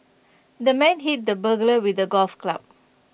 the man hit the burglar with A golf club